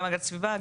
גם הגנת הסביבה,